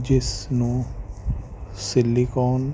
ਜਿਸ ਨੂੰ ਸਿਲੀਕੋਨ